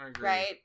Right